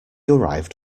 arrived